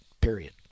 period